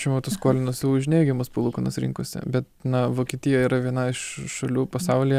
šiuo metu skolinasi už neigiamas palūkanas rinkose bet na vokietija yra viena iš šalių pasaulyje